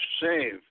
save